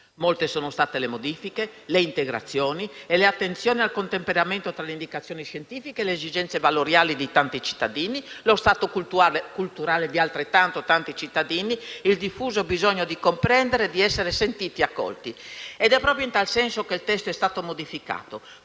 molte sono state le modifiche, le integrazioni e le attenzioni al contemperamento tra le indicazioni scientifiche e le esigenze valoriali di tanti cittadini, lo stato culturale di altrettanti cittadini, il diffuso bisogno di comprendere, di essere sentiti e accolti. Ed è proprio in tal senso che il testo è stato modificato,